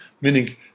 meaning